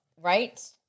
Right